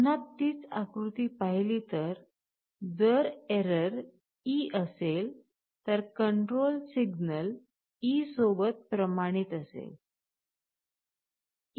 पुन्हा तीच आकृती पाहिली तर जर एरर e असेल तर कण्ट्रोल सिग्नल e सोबत प्रमाणित असेल